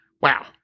Wow